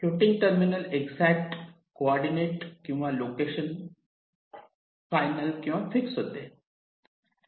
floating terminal exact coordinate किंवा location final किंवा fix होते